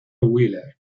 wheeler